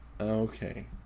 Okay